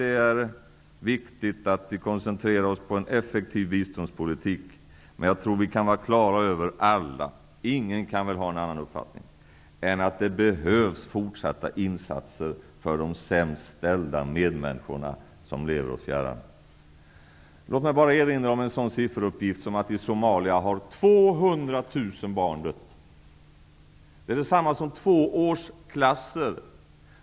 Det är viktigt att vi koncentrerar oss på en effektiv biståndspolitik. Vi kan alla vara klara över -- ingen kan ha någon annan uppfattning -- att det behövs fortsatta insatser för de sämst ställda medmänniskorna som lever oss fjärran. Låt mig erinra om en sådan sifferuppgift. I Somalia har 200 000 barn dött. Det är detsamma som två årsklasser.